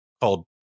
called